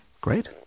Great